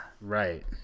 right